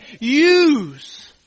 use